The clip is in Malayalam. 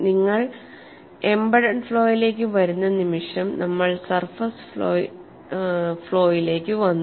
നിങ്ങൾ എംബഡെഡ് ഫ്ലോയിലേക്ക് വരുന്ന നിമിഷം നമ്മൾ സർഫേസ് ഫ്ലോയിലേക്ക് വന്നു